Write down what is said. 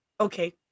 okay